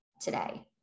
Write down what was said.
today